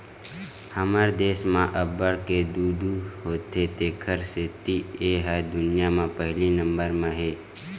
हमर देस म अब्बड़ के दूद होथे तेखर सेती ए ह दुनिया म पहिली नंबर म हे